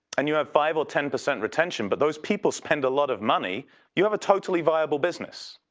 and you have five or ten percent retention but those people spend a lot of money you have a totally viable business.